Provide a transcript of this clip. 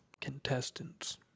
contestants